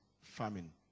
famine